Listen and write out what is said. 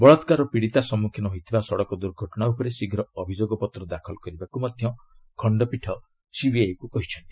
ବଳାକାର ପୀଡିତା ସମୁଖୀନ ହୋଇଥିବା ସଡ଼କ ଦୁର୍ଘଟଣା ଉପରେ ଶୀଘ୍ର ଅଭିଯୋଗ ପତ୍ର ଦାଖଲ କରିବାକୁ ମଧ୍ୟ ଖଣ୍ଡପୀଠ ସିବିଆଇକୁ କହିଚ୍ଛନ୍ତି